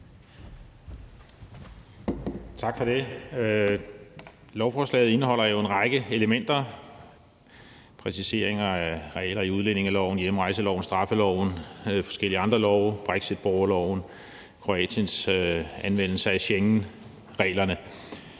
Tak for det. Lovforslaget indeholder jo en række elementer: præciseringer af regler i udlændingeloven, hjemrejseloven, straffeloven og forskellige andre love, brexitborgerloven og Kroatiens anvendelse af Schengenreglerne.